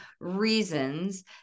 reasons